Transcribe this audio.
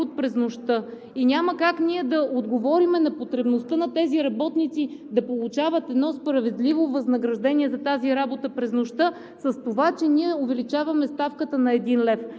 през нощта и няма как ние да отговорим на потребността на работниците да получават едно справедливо възнаграждение за тази работа през нощта с това, че ние увеличаваме ставката на един лев.